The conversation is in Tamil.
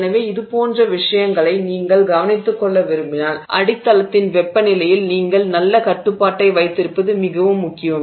எனவே இதுபோன்ற விஷயங்களை நீங்கள் கவனித்துக்கொள்ள விரும்பினால் அடித்தளத்தின் வெப்பநிலையில் நீங்கள் நல்ல கட்டுப்பாட்டை வைத்திருப்பது மிகவும் முக்கியம்